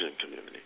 community